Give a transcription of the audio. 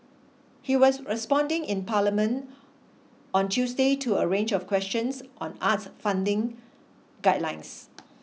he was responding in Parliament on Tuesday to a range of questions on arts funding guidelines